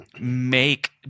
Make